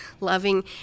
loving